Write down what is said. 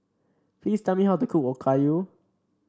please tell me how to cook Okayu